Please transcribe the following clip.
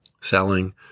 selling